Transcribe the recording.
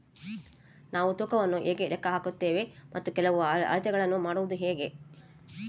ನಾವು ತೂಕವನ್ನು ಹೇಗೆ ಲೆಕ್ಕ ಹಾಕುತ್ತೇವೆ ಮತ್ತು ಕೆಲವು ಅಳತೆಗಳನ್ನು ಮಾಡುವುದು ಹೇಗೆ?